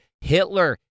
Hitler